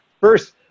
first